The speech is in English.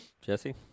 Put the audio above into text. Jesse